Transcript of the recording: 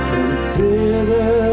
Consider